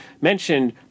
mentioned